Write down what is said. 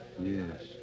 Yes